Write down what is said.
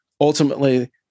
ultimately